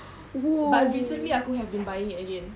but recently I could have been buying again okay usually I get